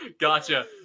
Gotcha